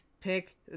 pick